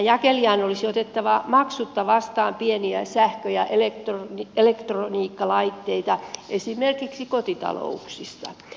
jakelijan olisi otettava maksutta vastaan pieniä sähkö ja elektroniikkalaitteita esimerkiksi kotitalouksista